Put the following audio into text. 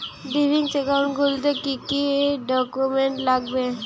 Savings account খুলতে কি কি ডকুমেন্টস লাগবে?